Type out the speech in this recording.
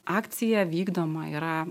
akcija vykdoma yra